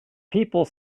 people